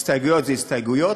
הסתייגויות הן הסתייגויות,